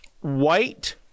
white